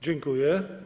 Dziękuję.